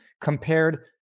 compared